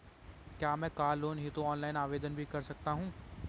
क्या मैं car loan हेतु ऑनलाइन आवेदन भी कर सकता हूँ?